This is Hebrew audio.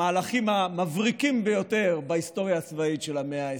המהלכים המבריקים ביותר בהיסטוריה הצבאית של המאה ה-20.